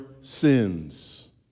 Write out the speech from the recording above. sins